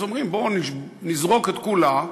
אז אומרים: בואו נזרוק את כולה,